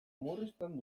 murrizten